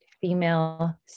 female